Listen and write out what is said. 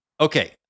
Okay